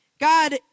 God